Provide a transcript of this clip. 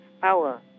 power